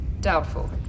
Doubtful